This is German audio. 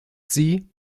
sie